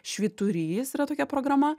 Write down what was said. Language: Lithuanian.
švyturys yra tokia programa